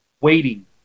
waiting